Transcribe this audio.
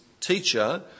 teacher